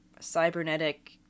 cybernetic